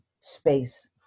space